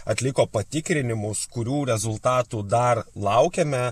atliko patikrinimus kurių rezultatų dar laukiame